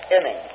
inning